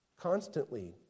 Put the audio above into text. Constantly